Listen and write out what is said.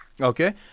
Okay